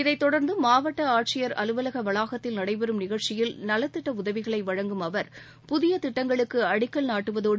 இதைத் தொடர்ந்து மாவட்ட ஆட்சியர் அலுவலக வளாகத்தில் நடைபெறும் நிகழ்ச்சியில் நலத்திட்ட உதவிகளை வழங்கும் அவர் புதிய திட்டங்களுக்கு அடிக்கல் நாட்டுவதோடு